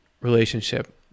relationship